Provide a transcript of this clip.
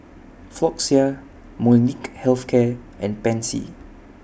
Floxia Molnylcke Health Care and Pansy